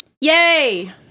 Yay